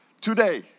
today